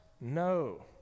No